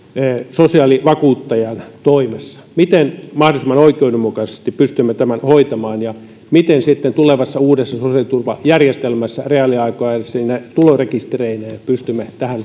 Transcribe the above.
sosiaalivakuuttajan toimessa miten mahdollisimman oikeudenmukaisesti pystymme tämän hoitamaan ja miten tulevassa uudessa sosiaaliturvajärjestelmässä reaaliaikaisine tulosrekistereineen pystymme tähän